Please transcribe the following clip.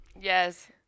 yes